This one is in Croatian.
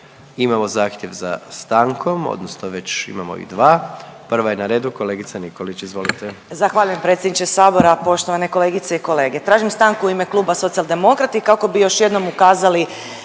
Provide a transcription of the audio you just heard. Imamo zahtjev za stankom odnosno već imamo i dva, prva je na redu kolegica Nikolić, izvolite. **Nikolić, Romana (Socijaldemokrati)** Zahvaljujem predsjedniče sabora. Poštovane kolegice i kolege, tražim stanku u ime Kluba Socijaldemokrati kako bi još jednom ukazali